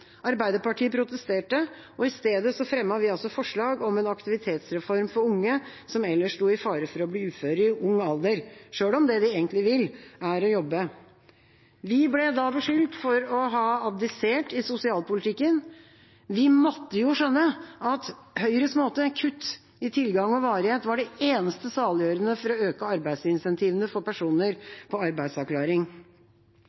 Arbeiderpartiet protesterte, og i stedet fremmet vi forslag om en aktivitetsreform for unge som ellers sto i fare for å bli uføre i ung alder, selv om det de egentlig vil, er å jobbe. Vi ble da beskyldt for å ha abdisert i sosialpolitikken. Vi måtte jo skjønne at Høyres måte – kutt i tilgang og varighet – var det eneste saliggjørende for å øke arbeidsincentivene for personer